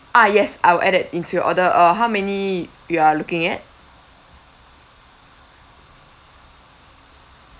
ah yes I'll add that into your order uh how many you are looking at